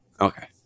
Okay